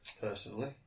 personally